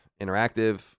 Interactive